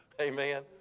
Amen